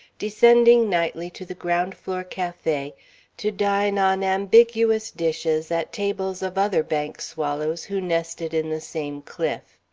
descending nightly to the ground-floor cafe to dine on ambiguous dishes at tables of other bank swallows who nested in the same cliff.